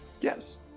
Yes